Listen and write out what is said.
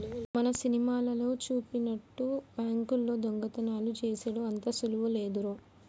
మన సినిమాలల్లో జూపినట్టు బాంకుల్లో దొంగతనాలు జేసెడు అంత సులువు లేదురో